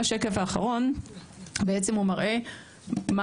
השקף האחרון מראה מה